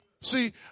See